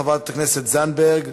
חברת הכנסת זנדברג,